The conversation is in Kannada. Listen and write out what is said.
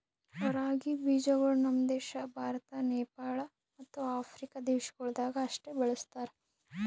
ರಾಗಿ ಬೀಜಗೊಳ್ ನಮ್ ದೇಶ ಭಾರತ, ನೇಪಾಳ ಮತ್ತ ಆಫ್ರಿಕಾ ದೇಶಗೊಳ್ದಾಗ್ ಅಷ್ಟೆ ಬೆಳುಸ್ತಾರ್